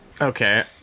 Okay